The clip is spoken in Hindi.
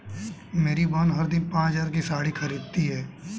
मेरी बहन हर दिन पांच हज़ार की साड़ी खरीदती है